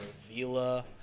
Vila